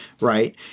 right